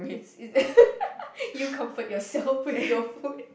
it's it's you comfort yourself with your food